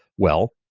well,